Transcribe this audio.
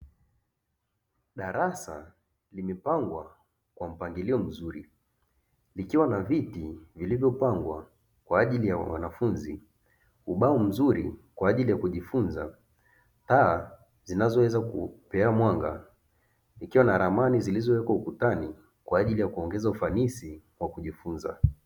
Darasa limepangwa kwa mpangilio mzuri likiwa na viti vilivyopangwa kwa ajili ya wanafunzi, ubao mzuri kwa ajili ya kujifunza, taa zinazoweza kupeana mwanga ikiwa na ramani zilizowekwa ukutani kwa ajili ya kuongeza ufanisi wa kujifunza.